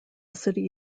city